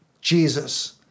Jesus